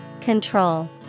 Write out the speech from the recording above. Control